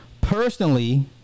Personally